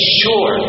sure